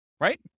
right